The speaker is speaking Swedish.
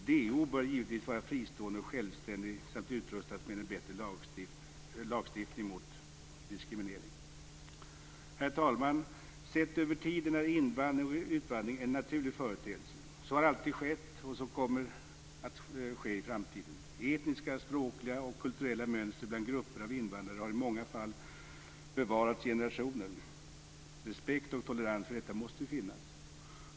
DO bör givetvis vara fristående och självständig samt utrustas med en bättre lagstiftning mot diskriminering. Herr talman! Sett över tiden är invandring och utvandring en naturlig företeelse. Så har alltid skett och så kommer att ske i framtiden. Etniska, språkliga och kulturella mönster bland grupper av invandrare har i många fall bevarats i generationer. Respekt och tolerans för detta måste finnas.